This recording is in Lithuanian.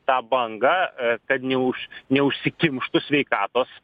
tą bangą kad ne už neužsikimštų sveikatos